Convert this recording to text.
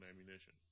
ammunition